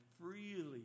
freely